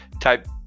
type